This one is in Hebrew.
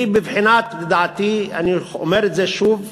היא בבחינת, לדעתי, אני אומר את זה שוב,